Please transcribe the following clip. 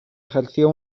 ejerció